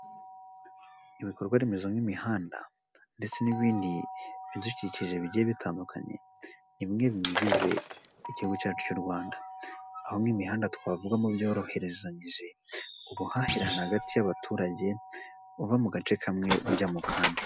Ibikorwa remezo nk'imihanda ndetse n'ibindi bidukikije bigiye bitandukanye ni bimwe mu bigize igihugu cyacu cy'u Rwanda, aho nk'imihanda twavugamo byorohezanyije ubuhahirane hagati y'abaturage buva mu gace kamwe ujya mu kandi.